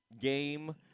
game